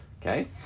Okay